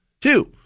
Two